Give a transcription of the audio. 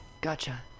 gotcha